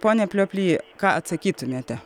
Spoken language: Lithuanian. pone plioply ką atsakytumėte